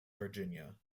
virginia